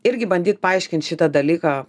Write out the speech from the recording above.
irgi bandyt paaiškint šitą dalyką